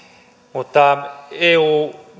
mutta eu